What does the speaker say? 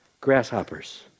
Grasshoppers